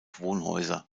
wohnhäuser